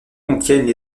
contiennent